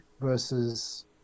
versus